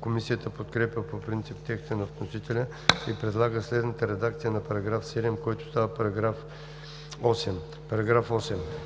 Комисията подкрепя по принцип текста на вносителя и предлага следната редакция на § 32, който става § 41: „§